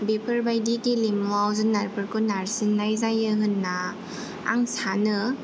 बेफोरबायदि गेलेमुआव जुनारफोरखौ नारसिननाय जायो होनना आं सानो